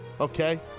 okay